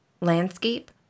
Landscape